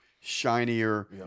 shinier